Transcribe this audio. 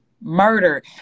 Murder